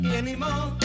anymore